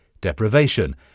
deprivation